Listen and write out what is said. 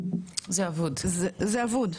זה אבוד,